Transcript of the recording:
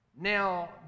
Now